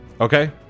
Okay